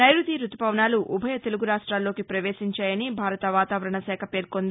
నైరుతీ రుతుపవనాలు ఉభయ తెలుగురాష్టాల్లోకి పవేశించాయని భారత వాతావరణ శాఖ తెలిపింది